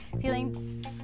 feeling